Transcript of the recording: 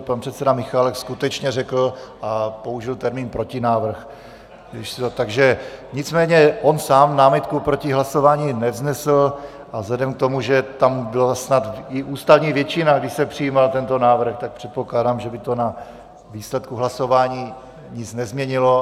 Pan předseda Michálek skutečně řekl a použil termín protinávrh, takže nicméně on sám námitku proti hlasování nevznesl a vzhledem k tomu, že tam byla snad i ústavní většina, když se přijímal tento návrh, tak předpokládám, že by to na výsledku hlasování nic nezměnilo.